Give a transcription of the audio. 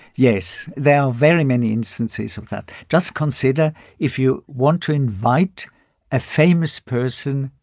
yes. there are very many instances of that. just consider if you want to invite a famous person,